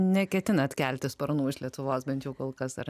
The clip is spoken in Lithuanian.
neketinat kelti sparnų iš lietuvos bent jau kol kas ar